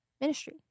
ministry